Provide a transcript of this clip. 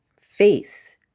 face